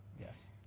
Yes